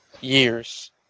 years